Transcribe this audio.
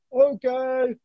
Okay